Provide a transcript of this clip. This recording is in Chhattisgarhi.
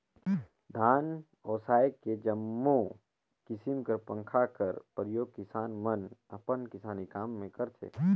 धान ओसाए के जम्मो किसिम कर पंखा कर परियोग किसान मन अपन किसानी काम मे करथे